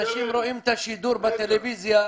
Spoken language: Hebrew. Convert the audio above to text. אנשים רואים את השידור בטלוויזיה.